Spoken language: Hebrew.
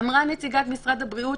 אמרה נציגת משרד הבריאות,